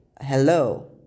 hello